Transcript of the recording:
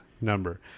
number